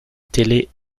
télé